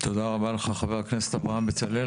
תודה רבה לך חבר הכנסת אברהם בצלאל.